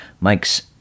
mike's